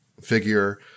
figure